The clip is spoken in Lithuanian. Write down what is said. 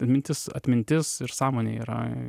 atmintis atmintis ir sąmonė yra